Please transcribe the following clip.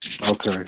Okay